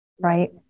right